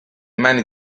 mani